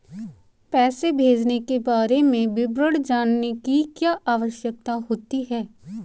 पैसे भेजने के बारे में विवरण जानने की क्या आवश्यकता होती है?